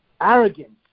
arrogance